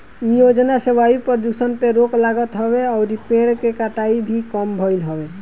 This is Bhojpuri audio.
इ योजना से वायु प्रदुषण पे रोक लागत हवे अउरी पेड़ के कटाई भी कम भइल हवे